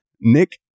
nick